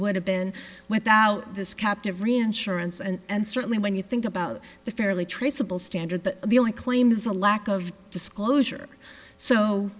would have been without this captive reinsurance and certainly when you think about the fairly traceable standard that the only claim is a lack of disclosure so